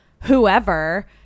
Whoever